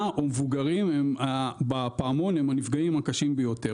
או המבוגרים הם הנפגעים הקשים ביותר.